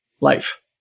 life